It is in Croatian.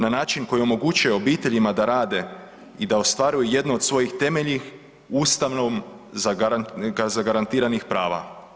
Na način koji omogućuje obiteljima da rade i da ostvaruju jedno od svojih temeljnih Ustavom zagarantiranih prava.